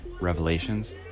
Revelations